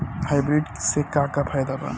Hybrid से का का फायदा बा?